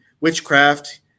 Witchcraft